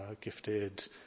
gifted